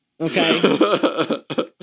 Okay